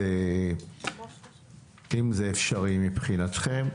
אם זה אפשרי מבחינתכם.